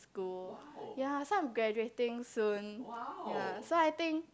school ya so I'm graduating soon ya so I think